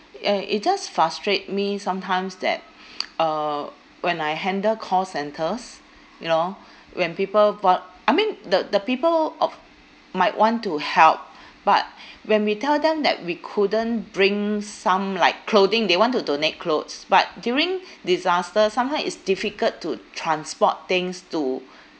uh it just frustrate me sometimes that uh when I handle call centres you know when people vol~ I mean the the people of might want to help but when we tell them that we couldn't bring some like clothing they want to donate clothes but during disaster sometimes it's difficult to transport things to